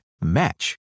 match